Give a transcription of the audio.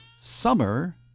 Summer